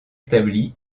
établi